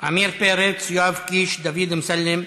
עמיר פרץ, יואב קיש, דוד אמסלם.